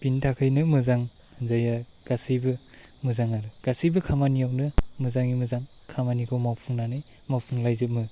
बिनि थाखायनो मोजां जायो गासैबो मोजां आरो गासैबो खामानियावनो मोजाङै मोजां खामानिखौ मावफुंनानै मावफुंलायजोबो